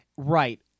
Right